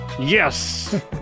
Yes